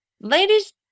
ladies